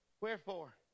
wherefore